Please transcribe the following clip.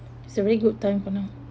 is a really good time for now